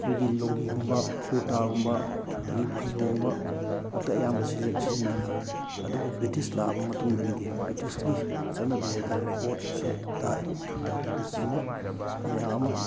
ꯑꯩꯈꯣꯏꯒꯤ ꯂꯣꯡꯒꯤꯒꯨꯝꯕ ꯀꯨꯔꯇꯥꯒꯨꯝꯕ ꯑꯗꯒꯤ ꯐꯩꯖꯣꯝꯒꯨꯝ ꯉꯥꯛꯇ ꯑꯌꯥꯝꯕ ꯁꯤꯖꯤꯟꯅꯔꯝꯃꯤ ꯑꯗꯨꯕꯨ ꯕ꯭ꯔꯤꯁꯇꯤꯁ ꯂꯥꯛꯑꯕ ꯃꯇꯨꯡꯗꯒꯤꯗꯤ ꯕ꯭ꯔꯤꯁꯇꯤꯁꯀꯤ ꯆꯠꯅꯕꯤ ꯍꯥꯏ ꯇꯥꯔꯦ ꯀꯣꯠ ꯁꯨꯠ ꯇꯥꯏ ꯅꯆꯤꯡꯕ ꯃꯌꯥꯝ ꯑꯃ